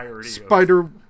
Spider